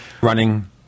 running